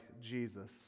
jesus